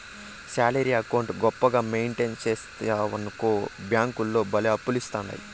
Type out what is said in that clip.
salary account గొప్పగా maintain సేస్తివనుకో బ్యేంకోల్లు భల్లే ఆపర్లిస్తాండాయి